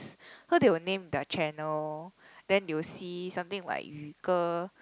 so they will name their channel then they will see something like 余个